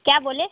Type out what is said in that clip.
क्या बोले